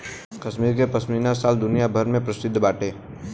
कश्मीर के पश्मीना शाल दुनिया भर में प्रसिद्ध बाटे